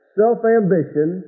self-ambition